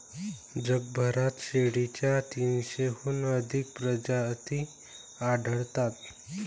जगभरात शेळीच्या तीनशेहून अधिक प्रजाती आढळतात